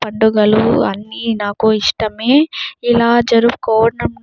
పండుగలు అన్నీ నాకు ఇష్టమే ఇలా జరుపుకోవటం